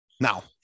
Now